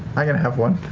i'm going to have one.